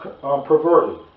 perverted